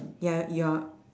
ya you are